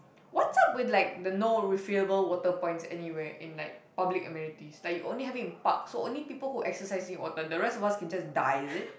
what's up with like the no refillable water points anywhere in like public amenities like you only have it in park so only people who exercise need water the rest of us can just die is it